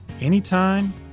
anytime